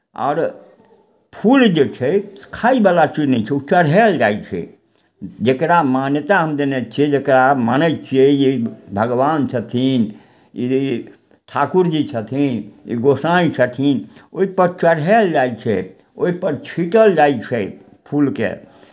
आओर फूल जे छै से खायवला चीज नहि छै ओ चढ़ायल जाइ छै जकरा मान्यता हम देने छियै जकरा मानै छियै जे ई भगवान छथिन ई ठाकुर जी छथिन ई गोसाइँ छथिन ओहिपर चढ़ायल जाइ छै ओहिपर छीँटल जाइ छै फूलकेँ